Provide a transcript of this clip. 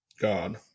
god